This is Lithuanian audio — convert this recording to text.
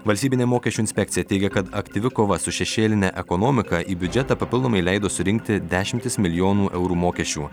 valstybinė mokesčių inspekcija teigia kad aktyvi kova su šešėline ekonomika į biudžetą papildomai leido surinkti dešimtis milijonų eurų mokesčių